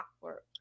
clockwork